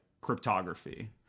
cryptography